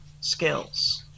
skills